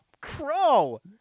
crow